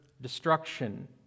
destruction